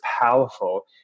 powerful